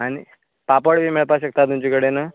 आनी पापड बी मेळपा शकता तुमचे कडेन